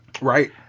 Right